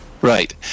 right